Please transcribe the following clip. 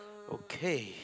okay